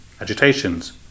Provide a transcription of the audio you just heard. agitations